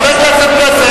חבר הכנסת פלסנר,